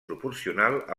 proporcional